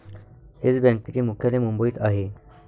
yes बँकेचे मुख्यालय मुंबईत आहे